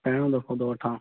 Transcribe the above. पहिरियों दफ़ो थो वठां